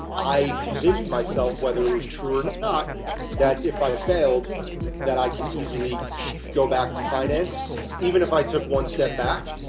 i convinced myself whether it was true or and not that if i failed that i can easily go back to finance even if i took one step back,